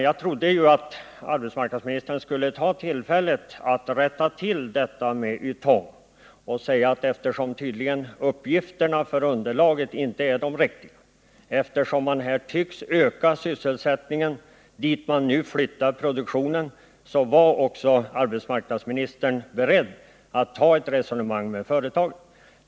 Jag trodde att arbetsmarknadsministern skulle ta tillfället i akt att rätta till uppgifterna om Ytong och säga att eftersom uppgifterna för underlaget tydligen inte är de riktiga och eftersom man här tycks ha ökat sysselsättningen på det ställe dit man flyttat produktionen, skulle arbetsmarknadsministern också vara beredd att ta upp ett resonemang med företaget.